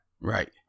right